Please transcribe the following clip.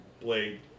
blade